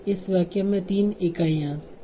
इस वाक्य में 3 इकाइयाँ हैं